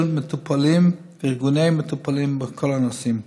מטופלים וארגוני מטופלים בכל הנושאים.